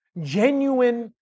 Genuine